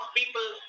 people